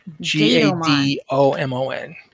g-a-d-o-m-o-n